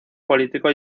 político